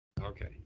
okay